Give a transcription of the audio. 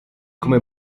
come